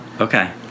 Okay